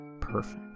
perfect